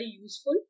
useful